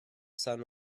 sun